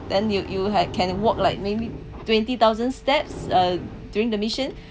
then you you have can work like maybe twenty thousand steps uh during the mission